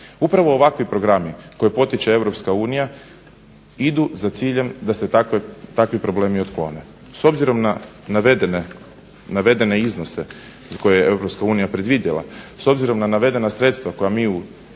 Upravo ovakvi programi koji potiče EU idu za ciljem da se takvi problemi otklone. S obzirom na navedene iznose koje je EU predvidjela s obzirom na navedena sredstva koja mi u